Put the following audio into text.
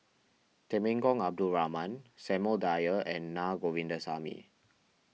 Temenggong Abdul Rahman Samuel Dyer and Na Govindasamy